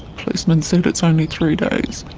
policeman said it's only three days.